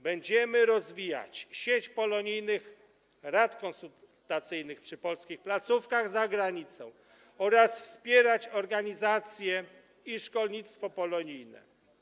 Będziemy rozwijać sieć polonijnych rad konsultacyjnych przy polskich placówkach za granicą oraz wspierać organizacje i szkolnictwo polonijne.